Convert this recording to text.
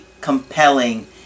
compelling